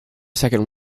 second